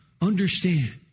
Understand